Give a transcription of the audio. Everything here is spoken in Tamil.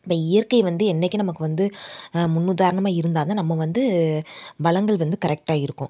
இப்போ இயற்கை வந்து என்றைக்கும் நமக்கு வந்து முன் உதாரணமாக இருந்தால் தான் நம்ம வந்து வளங்கள் வந்து கரெக்ட்டாக இருக்கும்